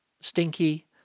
stinky